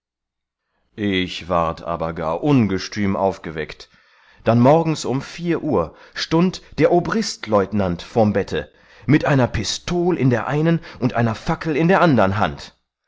ich ward aber gar ungestüm aufgeweckt dann morgens um vier uhr stund der obristleutenant vorm bette mit einer pistol in der einen und einer fackel in der andern hand